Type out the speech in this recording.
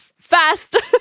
fast